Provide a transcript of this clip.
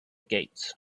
gates